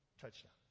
touchdown